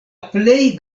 plej